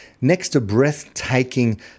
next-to-breathtaking